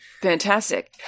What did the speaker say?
Fantastic